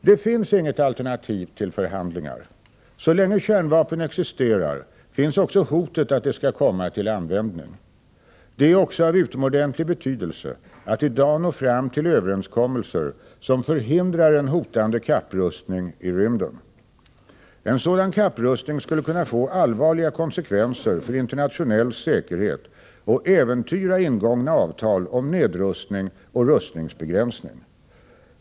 Det finns inget alternativ till förhandlingar. Så länge kärnvapen existerar finns också hotet att de skall komma till användning. Det är också av utomordentlig betydelse att i dag nå fram till överenskommelser som förhindrar en hotande kapprustning i rymden. En sådan kapprustning skulle kunna få allvarliga konsekvenser för internationell säkerhet och äventyra ingångna avtal om nedrustning och rustningsbegränsning.